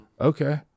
okay